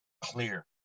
clear